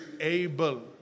able